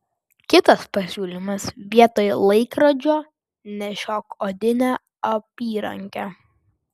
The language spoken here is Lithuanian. kitas pasiūlymas vietoj laikrodžio nešiok odinę apyrankę